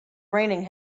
raining